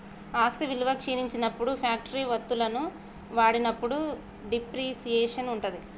ఆస్తి విలువ క్షీణించినప్పుడు ఫ్యాక్టరీ వత్తువులను వాడినప్పుడు డిప్రిసియేషన్ ఉంటది